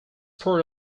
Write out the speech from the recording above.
part